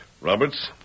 Roberts